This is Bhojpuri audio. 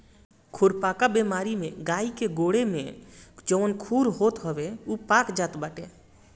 खुरपका बेमारी में गाई के गोड़े में जवन खुर होत हवे उ पाक जात बाटे